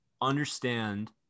understand